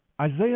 Isaiah